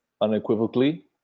unequivocally